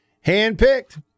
Hand-picked